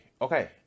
okay